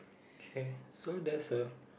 K so there's a